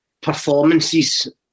performances